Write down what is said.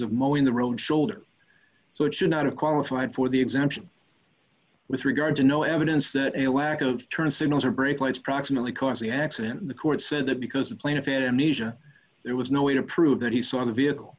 of mo in the road shoulder so it should not have qualified for the exemption with regard to no evidence that a lack of turn signals or brake lights proximately caused the accident in the court said that because the plaintiff amnesia there was no way to prove that he saw the vehicle